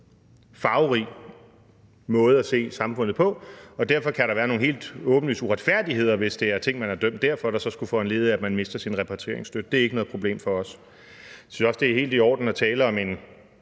farverig måde at se samfundet på, og derfor kan der være nogle helt åbenlyse uretfærdigheder, hvis det er ting, man der er dømt for, der så skulle foranledige, at man mister sin repatrieringsstøtte. Så det er ikke noget problem for os. Vi synes også, det er helt i orden at tale om en